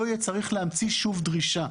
לא יהיה צריך להמציא שוב דרישה.